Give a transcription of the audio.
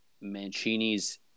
Mancini's